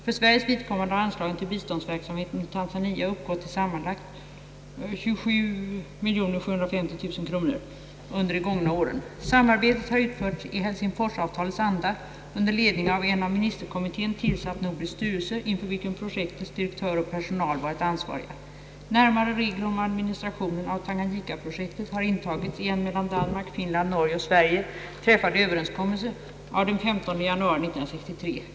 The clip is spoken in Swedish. För Sveriges vidkommande har anslagen till biståndsverksamheten i Tanzania uppgått till sammanlagt 27750 000 kr. under de gångna åren. Samarbetet har utförts i Helsingforsavtalets anda under ledning av en av ministerkommittén tillsatt nordisk styrelse, inför vilken projektets direktör och personal varit ansvariga. Närmare regler om administrationen av Tanganyikaprojektet har intagits i en mellan Danmark, Finland, Norge och Sverige träffad överenskommelse av den 15 januari 1963.